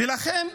ולכן,